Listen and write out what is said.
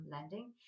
Lending